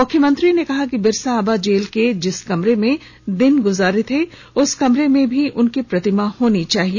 मुख्यमंत्री ने कहा बिरसा आबा जेल के जिस कमरे में दिन गुजारे थे उस कमरे में भी उनकी प्रतिमा होनी चाहिए